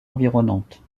environnante